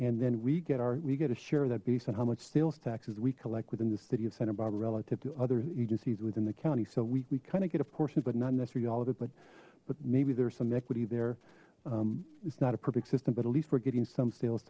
and then we get our we get a share that based on how much sales taxes we collect within the city of santa barbara relative to other agencies within the county so we kind of get a portion but not necessarily all of it but but maybe there's some equity there it's not a perfect system but at least we're getting some sales